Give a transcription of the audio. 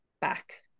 back